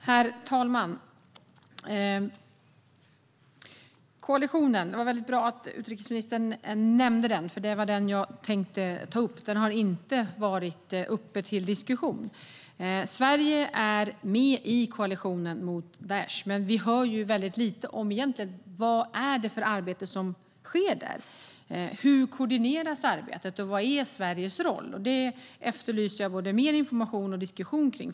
Herr talman! Det var väldigt bra att utrikesministern nämnde koalitionen. Det var den jag tänkte ta upp. Den har inte varit uppe till diskussion. Sverige är med i koalitionen mot Daish. Men vi hör egentligen väldigt lite om vad det är för arbete som sker där. Hur koordineras arbetet, och vad är Sveriges roll? Det efterlyser jag mer både information och diskussion om.